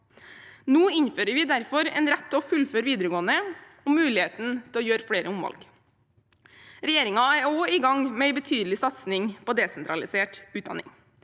Nå innfører vi derfor en rett til å fullføre videregående og muligheten til å gjøre flere omvalg. Regjeringen er også i gang med en betydelig satsing på desentralisert utdanning.